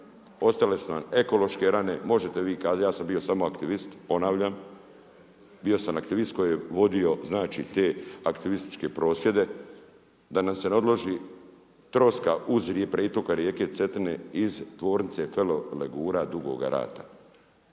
Ostale su nam ekološke rane, možete vi kazati, ali ja sam bio samo aktivist, ponavljam, bio sam aktivnost koji je vodio te aktivističke prosvjede, da nam se ne odloži troska uz pritok rijeke Cetine, iz tvornice …/Govornik